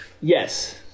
Yes